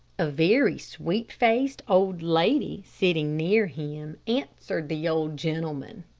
a very sweet faced old lady sitting near him answered the old gentleman.